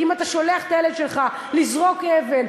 כי אם אתה שולח את הילד שלך לזרוק אבן,